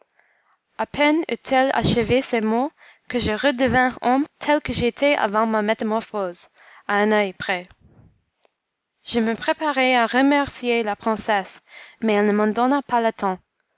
à peine eut-elle achevé ces mots que je redevins homme tel que j'étais avant ma métamorphose à un oeil près je me préparais à remercier la princesse mais elle ne m'en donna pas le temps